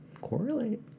correlate